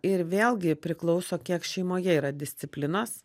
ir vėlgi priklauso kiek šeimoje yra disciplinos